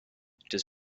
does